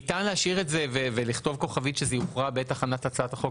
ניתן להשאיר את זה ולכתוב כוכבית שזה יוכרע בעת הכנת הצעת החוק